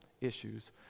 issues